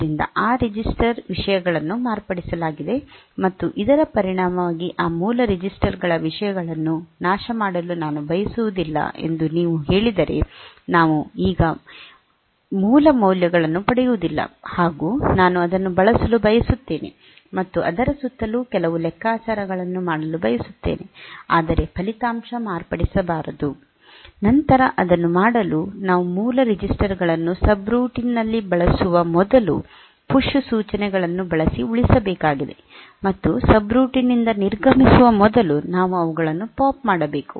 ಆದ್ದರಿಂದ ಆ ರಿಜಿಸ್ಟರ್ ವಿಷಯಗಳನ್ನು ಮಾರ್ಪಡಿಸಲಾಗಿದೆ ಮತ್ತು ಇದರ ಪರಿಣಾಮವಾಗಿ ಆ ಮೂಲ ರೆಜಿಸ್ಟರ್ ಗಳ ವಿಷಯಗಳನ್ನು ನಾಶಮಾಡಲು ನಾನು ಬಯಸುವುದಿಲ್ಲ ಎಂದು ನೀವು ಹೇಳಿದರೆ ನಾವು ಈಗ ಮೂಲ ಮೌಲ್ಯಗಳನ್ನು ಪಡೆಯುವುದಿಲ್ಲ ಹಾಗು ನಾನು ಅದನ್ನು ಬಳಸಲು ಬಯಸುತ್ತೇನೆ ಮತ್ತು ಅದರ ಸುತ್ತಲೂ ಕೆಲವು ಲೆಕ್ಕಾಚಾರಗಳನ್ನು ಮಾಡಲು ಬಯಸುತ್ತೇನೆ ಆದರೆ ಫಲಿತಾಂಶವು ಮಾರ್ಪಡಿಸಬಾರದು ನಂತರ ಅದನ್ನು ಮಾಡಲು ನಾವು ಮೂಲ ರೆಜಿಸ್ಟರ್ಗಳನ್ನು ಸಬ್ರೂಟೀನ್ ನಲ್ಲಿ ಬಳಸುವ ಮೊದಲು ಪುಶ್ ಸೂಚನೆಗಳನ್ನು ಬಳಸಿ ಉಳಿಸಬೇಕಾಗಿದೆ ಮತ್ತು ಸಬ್ರೂಟೀನ್ ನಿಂದ ನಿರ್ಗಮಿಸುವ ಮೊದಲು ನಾವು ಅವುಗಳನ್ನು ಪಾಪ್ ಮಾಡಬೇಕು